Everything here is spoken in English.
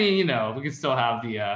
you know, we can still have the,